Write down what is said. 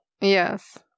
Yes